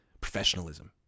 professionalism